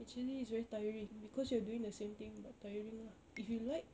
actually it's very tiring because you are doing the same thing but tiring lah if you like